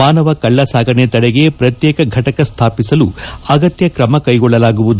ಮಾನವ ಕಳ್ಳ ಸಾಗಣೆ ತಡೆಗೆ ಪ್ರತ್ಯೇಕ ಘಟಕ ಸ್ಥಾಪಿಸಲು ಅಗತ್ತಕಮ ಕೈಗೊಳಲಾಗುವುದು